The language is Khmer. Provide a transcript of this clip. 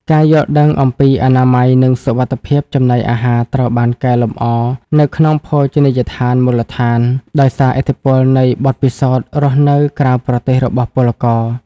ការយល់ដឹងអំពីអនាម័យ និងសុវត្ថិភាពចំណីអាហារត្រូវបានកែលម្អនៅក្នុងភោជនីយដ្ឋានមូលដ្ឋាន ដោយសារឥទ្ធិពលនៃបទពិសោធន៍រស់នៅក្រៅប្រទេសរបស់ពលករ។